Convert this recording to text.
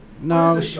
no